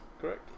correct